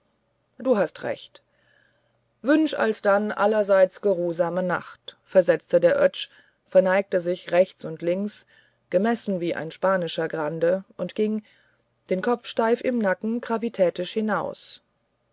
du hast recht wünsch alsdann allerseits geruhsame nacht versetzte der oetsch verneigte sich rechts und links gemessen wie ein spanischer grande und ging den kopf steif im nacken gravitätisch hinaus